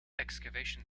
excavation